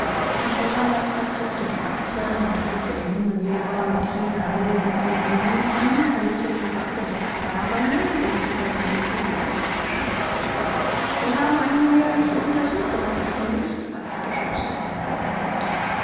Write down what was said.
der bürgermeister zuckte die achseln und blickte den jungen lehrer mit jener milden ironie an welche die waffe der erfahrenen gegenüber den enthusiastischen ist wir haben eine neuerliche untersuchung durch den gerichtsarzt beschlossen fuhr